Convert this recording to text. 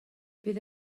bydd